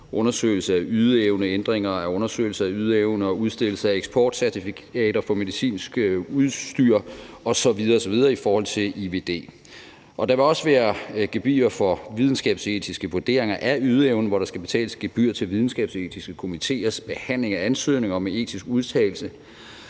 undersøgelse af ydeevne, ændringer af undersøgelser af ydeevne og udstedelse af eksportcertifikater for medicinsk udstyr osv. osv. i forhold til IVD. Der vil også være gebyrer for videnskabsetiske vurderinger af ydeevnen, hvor der skal betales et gebyr til videnskabsetiske komitéers behandling af ansøgninger og med etisk udtalelse,